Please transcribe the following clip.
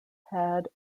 had